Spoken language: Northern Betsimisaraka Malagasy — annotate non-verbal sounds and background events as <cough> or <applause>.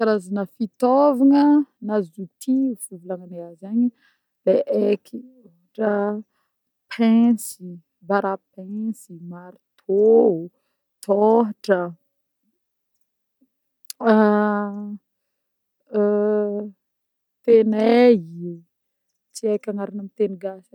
Karazagna fitôvagna na zotie fivolagnane azy agny le eky ôhatra pince, bara pince, martô, tôhatra, <hesitation> tenaille tsy eky agnarany amin'ny teny gasy ein.